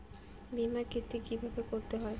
বিমার কিস্তি কিভাবে করতে হয়?